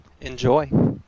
Enjoy